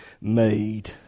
made